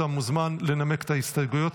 אתה מוזמן לנמק את ההסתייגויות,